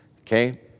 Okay